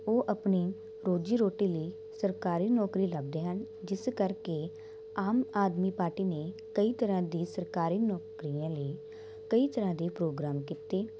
ਉਹ ਆਪਣੀ ਰੋਜ਼ੀ ਰੋਟੀ ਲਈ ਸਰਕਾਰੀ ਨੌਕਰੀ ਲੱਭਦੇ ਹਨ ਜਿਸ ਕਰਕੇ ਆਮ ਆਦਮੀ ਪਾਰਟੀ ਨੇ ਕਈ ਤਰ੍ਹਾਂ ਦੀ ਸਰਕਾਰੀ ਨੌਕਰੀਆਂ ਲਈ ਕਈ ਤਰ੍ਹਾਂ ਦੇ ਪ੍ਰੋਗਰਾਮ ਕੀਤੇ